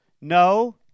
No